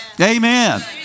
Amen